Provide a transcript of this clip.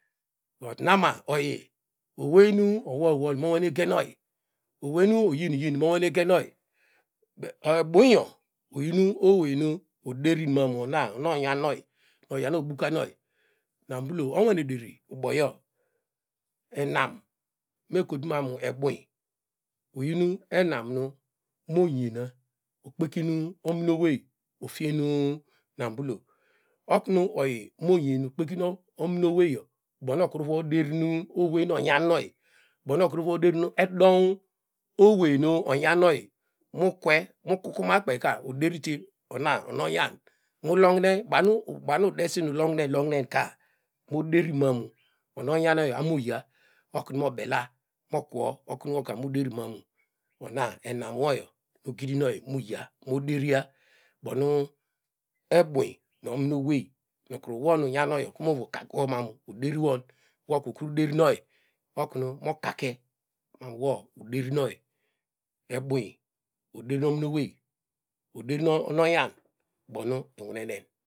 Do nama oyi onenu owol mol mo mnone genow owey nuyin yin mo nwane geneow eburyo inyin owenu oderin man ona onyanoyi oyano bukanoyi nanbulo owane deriyo inam mekotumaru ebuny oyina enamu monyena okpeki omineowei ofien nambulo okru oyi monyen kpekin ominoweyo ubo no okru vo denin owey na onyanoyi bono okru vo derin edown oweyna onganoy mukwe ma ku kumakpeyka oderite ona onanyam mu lohine benu udesin nu ulohinelohire ka moderi. an ononyonoyi abomu oya okum obela moku woka muderimam ona enanwiyo gidinoyi muya derna bonu ebum ominorey nukra won oru unyanoyi novo kaku womam oderiwon ikru derinyoy mokate no uderinoyi ebum oderim ominowey oderin ononyan bonu inwunenen.